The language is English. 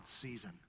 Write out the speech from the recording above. season